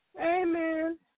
Amen